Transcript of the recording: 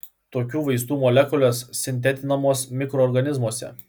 tokių vaistų molekulės sintetinamos mikroorganizmuose